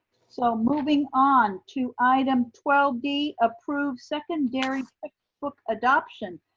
so, moving on to item twelve d, approved secondary textbook adoption.